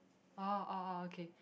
orh orh orh okay